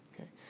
Okay